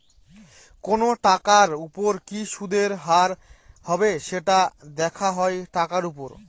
কোনো টাকার উপর কি সুদের হার হবে, সেটা দেখা হয় টাকার উপর